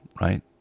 right